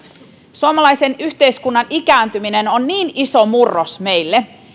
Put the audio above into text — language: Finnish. suomalaisen yhteiskunnan ikääntyminen on niin iso murros meille